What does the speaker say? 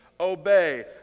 Obey